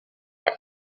that